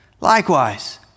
Likewise